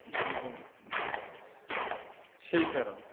জীবনে ঝুঁকি সেই কারণে